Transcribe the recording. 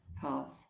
path